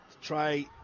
Try